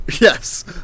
yes